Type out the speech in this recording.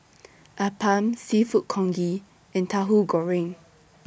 Appam Seafood Congee and Tahu Goreng